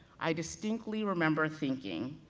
i distinctly remember thinking,